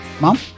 Mom